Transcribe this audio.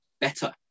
better